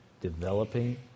developing